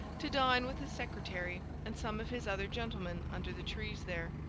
to dine with his secretary and some of his other gentlemen under the trees there.